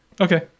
okay